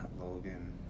Logan